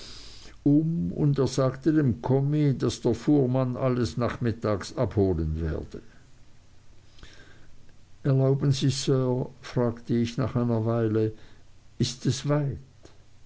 und er sagte dem kommis daß der fuhrmann alles nachmittags abholen werde erlauben sie sir fragte ich nach einer weile ist es weit